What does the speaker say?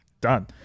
done